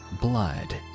Blood